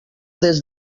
des